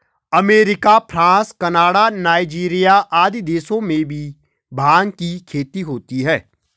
America, France, Canada, Nigeria आदि देशों में भी भाँग की खेती होती है